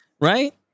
Right